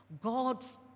God's